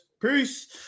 Peace